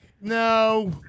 No